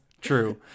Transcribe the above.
true